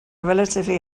relatively